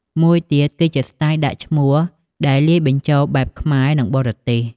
មួយទៀត គឺជាស្ទាយដាក់ឈ្មោះដែលលាយបញ្ចូលបែបខ្មែរ និង បរទេស។